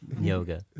yoga